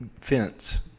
fence